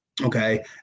Okay